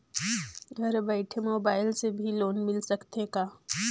घर बइठे मोबाईल से भी लोन मिल सकथे का?